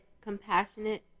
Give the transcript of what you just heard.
compassionate